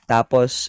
Tapos